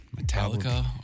Metallica